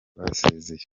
basezeye